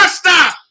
stop